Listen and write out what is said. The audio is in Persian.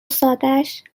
سادش